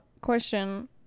question